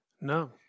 No